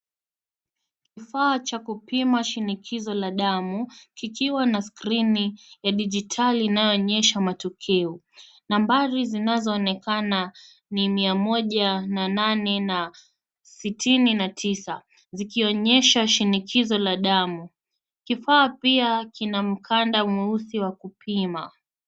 Kifaa cha kupima shinikizo la damu likiwa na skrini ya dijitali inayoonyesha matokeo. Nambari zinaoonekana ni Mia moja na nane na sitini na tisa zikionyesha shinikizo la damu. Kifaa pia kina mkanda mweusi wa kupima.